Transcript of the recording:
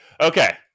okay